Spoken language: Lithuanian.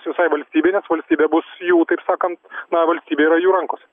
visai valstybei nes valstybė bus jų taip sakant na valstybė yra jų rankose